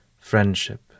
friendship